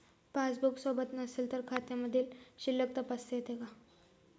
Passbook सोबत नसेल तर खात्यामधील शिल्लक तपासता येते का?